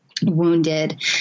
wounded